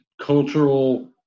cultural